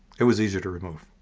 it was easier to remove.